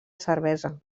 cervesa